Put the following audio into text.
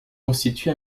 constitue